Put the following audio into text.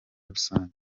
rusange